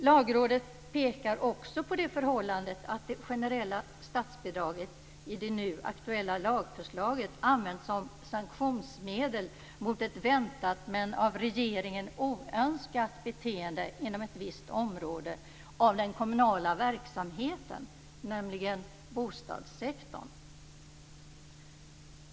Lagrådet pekar också på det förhållandet att det generella statsbidraget i det nu aktuella lagförslaget används som sanktionsmedel mot ett väntat men av regeringen oönskat beteende inom ett visst område av den kommunala verksamheten, nämligen bostadssektorn.